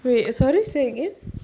wait sorry say again